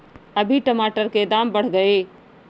अभी टमाटर के दाम बढ़ गए